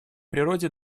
природе